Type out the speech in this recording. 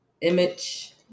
image